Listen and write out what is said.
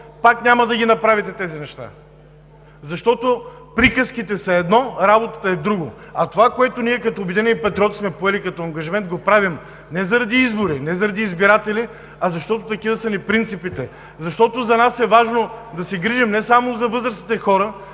пак няма ги направите тези неща, защото приказките са едно, работата е друго. А това, което ние като „Обединени патриоти“ сме поели като ангажимент, го правим – не заради избори, не заради избиратели, а защото такива си ни принципите. Защото за нас е важно да се грижим не само за възрастните хора,